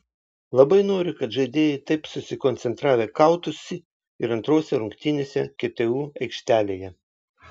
labai noriu kad žaidėjai taip susikoncentravę kautųsi ir antrose rungtynėse ktu aikštelėje